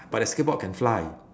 but the skateboard can fly